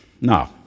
No